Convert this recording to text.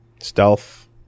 stealth